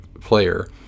player